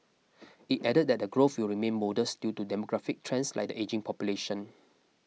it added that the growth will remain modest due to demographic trends like the ageing population